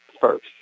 first